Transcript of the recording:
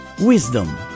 Wisdom